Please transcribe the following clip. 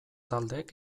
taldek